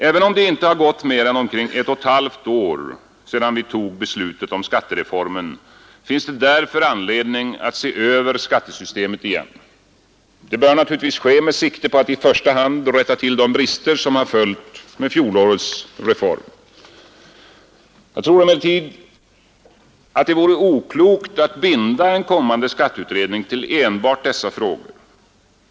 Även om det inte har gått mer än omkring ett och ett halvt år sedan vi fattade beslutet om skattereformen finns det därför anledning att se över skattesystemet igen. Det bör naturligtvis ske med sikte på att i första hand rätta till de brister som följt med fjolårets reform. Jag tror emellertid samtidigt att det vore oklokt att binda en kommande skatteutredning till enbart dessa frågor.